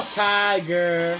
tiger